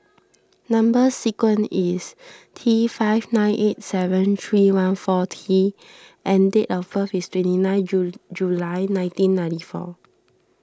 Number Sequence is T five nine eight seven three one four T and date of birth is twenty nine July nineteen ninety four